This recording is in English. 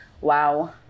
Wow